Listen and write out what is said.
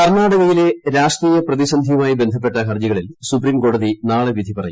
കർണ്ണാടകയിലെ രാഷ്ട്രീയ പ്രതിസന്ധിയുമായി ബന്ധപ്പെട്ട ഹർജികളിൽ സുപ്രീംകോടതി നാളെ വിധി പറയും